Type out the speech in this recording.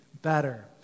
Better